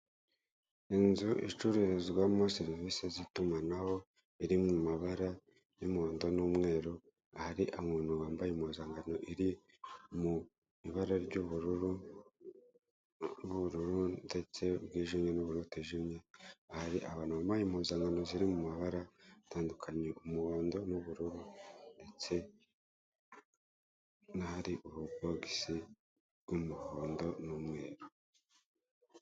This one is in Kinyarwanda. Inzu icururizwamo servisi z'itumanaho iri mu mabara y'umuhondo n'umweru, hari umuntu wambaye impuzangano iri mu ibara ry'ubururu bwijimye ndetse n'ubururu butijimye, hari abantu bambaye impuzangano ziri mu mabara atandukanye umuhondo n'ubururu ndetse n'ahari ubu bogisi bw'umuhondo n'umweru.